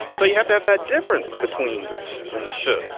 so you have to have that difference between this and the shirt.